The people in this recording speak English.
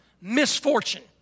Misfortune